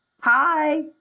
Hi